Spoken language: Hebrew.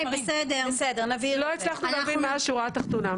לא הצלחתי להבין מה השורה התחתונה.